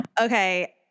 Okay